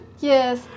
Yes